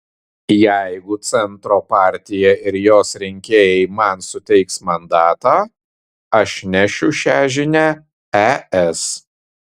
jeigu centro partija ir jos rinkėjai man suteiks mandatą aš nešiu šią žinią es